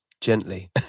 gently